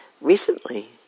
recently